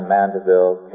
Mandeville